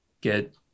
get